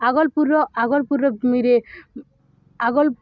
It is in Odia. ଆଗଲ୍ପୁର୍ର ଆଗଲ୍ପୁର୍ର ମିରେ ଆଗଲ୍